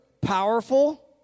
powerful